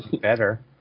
Better